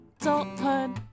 Adulthood